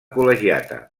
col·legiata